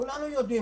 כולנו יודעים